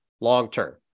long-term